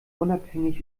unabhängig